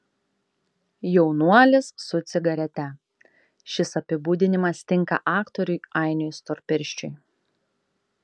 jaunuolis su cigarete šis apibūdinimas tinka aktoriui ainiui storpirščiui